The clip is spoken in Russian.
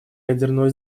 ядерного